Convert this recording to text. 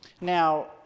Now